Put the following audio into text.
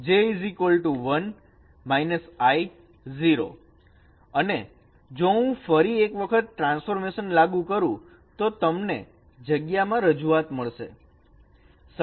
I j અને જો હું ફરી એક વખત ટ્રાન્સફોર્મેશન લાગુ કરું તો તમને જગ્યામાં રજૂઆત મળે છે